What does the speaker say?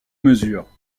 mesures